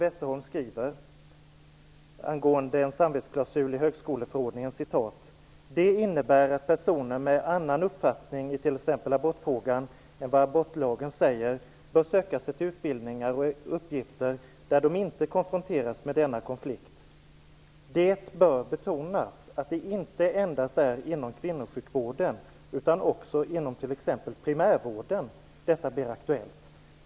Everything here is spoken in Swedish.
Westerholm angående en samvetsklausul i högskoleförordningen: Det innebär att personer med annan uppfattning i t.ex. abortfrågan än vad abortlagen säger bör söka sig till utbildningar med uppgifter där de inte konfronteras med denna konflikt. Det bör betonas att det inte endast är inom kvinnosjukvården utan också inom t.ex. primärvården detta blir aktuellt.